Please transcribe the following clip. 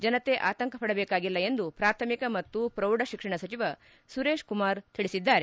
ಜನತೆ ಆತಂಕ ಪಡಬೇಕಾಗಿಲ್ಲ ಎಂದು ಪ್ರಾಥಮಿಕ ಮತ್ತು ಪ್ರೌಢ ಶಿಕ್ಷಣ ಸಚಿವ ಸುರೇಶ್ ಕುಮಾರ್ ತಿಳಿಸಿದ್ದಾರೆ